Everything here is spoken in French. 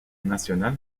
national